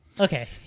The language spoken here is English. Okay